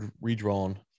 redrawn